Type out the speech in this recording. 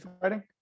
fighting